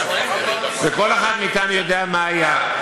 כל אחד מאתנו יודע מה היה.